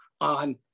on